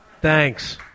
Thanks